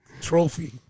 trophy